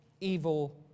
evil